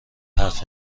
حرف